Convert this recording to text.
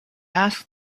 asked